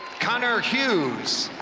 connor hughes,